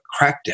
crackdown